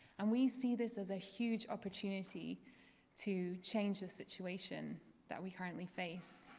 and we see this as a huge opportunity to change the situation that we currently face.